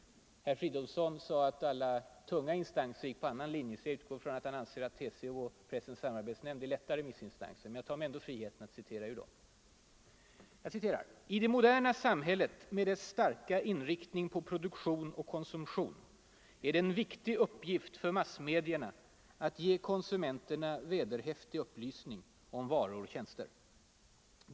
Herr Fridolfsson sade att alla ”tunga” instanser gick på hans linje. Jag utgår då från att han anser att TCO och Pressens samarbetsnämnd är lätta remissinstanser. Jag tar mig ändå friheten att citera ur dess svar: ”I det moderna samhället med dess starka inriktning på produktion och konsumtion är det en viktig uppgift för massmedierna att ge konsumenterna vederhäftig upplysning om varor och tjänster.